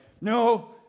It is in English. no